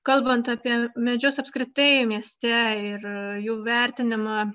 kalbant apie medžius apskritai mieste ir jų vertinimą